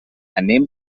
anem